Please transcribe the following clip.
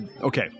okay